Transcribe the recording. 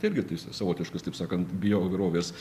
irgi tais savotiškas taip sakant bioįvairovės